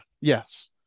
Yes